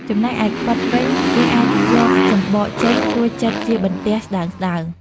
ចំំណែកឯខ្វិតវិញគេអាចយកសំបកចេញរួចចិតជាបន្ទះស្តើងៗ។